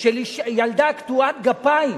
של ילדה קטועת גפיים